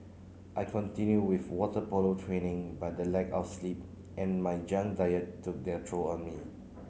I continued with water polo training but the lack of sleep and my junk diet took their troll on me